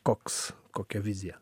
koks kokia vizija